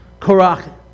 Korach